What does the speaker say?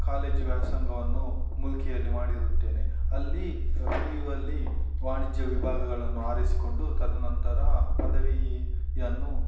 college ವ್ಯಾಸಂಗವನ್ನು ಮುಲ್ಕಿಯಲ್ಲಿ ಮಾಡಿರುತ್ತೇನೆ ಅಲ್ಲಿ ಪಿ ಯುಅಲ್ಲಿ ವಾಣಿಜ್ಯ ವಿಭಾಗಗಳನ್ನು ಆರಿಸಿಕೊಂಡು ತದನಂತರ ಪದವಿಯನ್ನು